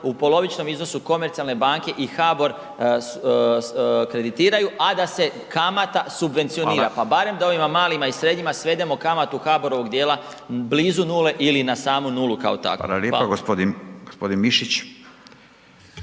u polovičnom iznosu komercijalne banke i HBOR kreditiraju, a da se kamata subvencionira…/Upadica: Fala/…pa barem da ovima malima i srednjima svedemo kamatu HBOR-ovog dijela blizu nule ili na samu nulu kao takvu.